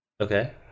okay